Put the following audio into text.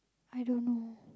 I don't know